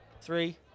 Three